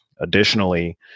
Additionally